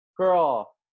girl